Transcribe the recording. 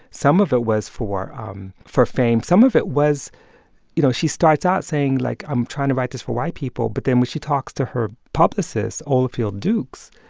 some of it was for um for fame. some of it was you know, she starts out saying, like, i'm trying to write this for white people. but then when she talks to her publicist ofield dukes,